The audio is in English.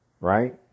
Right